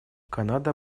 канада